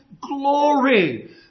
glory